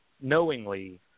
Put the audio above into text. knowingly